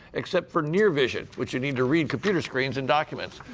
except for near vi sion, which you need to read computer screens and documents.